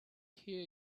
hear